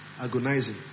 agonizing